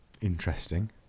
Interesting